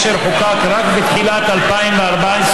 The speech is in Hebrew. אשר חוקק רק בתחילת 2014,